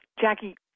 Jackie